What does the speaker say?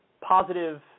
positive